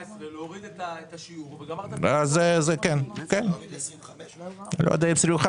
נתוני 2019. אני